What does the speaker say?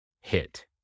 hit